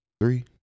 three